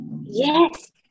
Yes